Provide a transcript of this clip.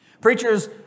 Preachers